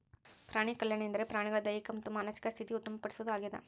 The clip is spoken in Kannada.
ಪ್ರಾಣಿಕಲ್ಯಾಣ ಎಂದರೆ ಪ್ರಾಣಿಗಳ ದೈಹಿಕ ಮತ್ತು ಮಾನಸಿಕ ಸ್ಥಿತಿ ಉತ್ತಮ ಪಡಿಸೋದು ಆಗ್ಯದ